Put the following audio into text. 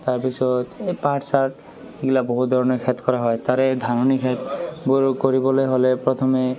তাৰপিছত এই পাত চাত সেইবিলাক বহুত ধৰণে খেত কৰা হয় তাৰে ধাননি খেতবোৰ কৰিবলৈ হ'লে প্ৰথমে